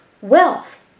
wealth